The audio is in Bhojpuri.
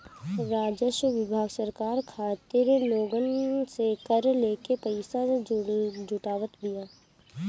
राजस्व विभाग सरकार खातिर लोगन से कर लेके पईसा जुटावत बिया